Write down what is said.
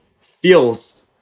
feels